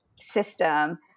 system